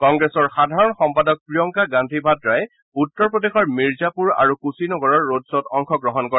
কংগ্ৰেছৰ সাধাৰণ সম্পাদক প্ৰিয়ংকা গান্ধী ভাদ্ৰাই উত্তৰ প্ৰদেশৰ মীৰ্জাপুৰ আৰু কৃছিনগৰৰ ৰডশ্বত অংশগ্ৰহণ কৰে